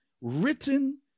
written